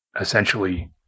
essentially